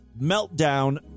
meltdown